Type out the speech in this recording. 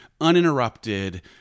uninterrupted